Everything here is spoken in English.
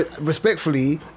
respectfully